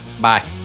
Bye